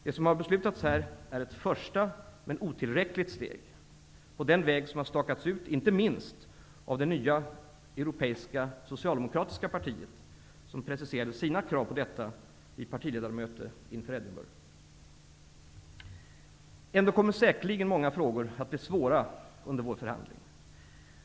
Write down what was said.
Det som har beslutats här är ett första men otillräckligt steg på den väg som stakats ut inte minst av det nya europeiska socialdemokratiska partiet, som preciserade sina krav på detta vid partiledarmötet inför Edingburghmötet. Ändå kommer säkerligen många frågor att bli svåra under vår förhandling.